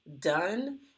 done